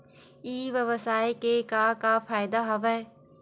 ई व्यवसाय के का का फ़ायदा हवय?